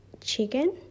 chicken